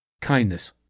kindness